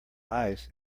ice